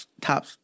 top